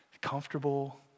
comfortable